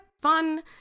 fun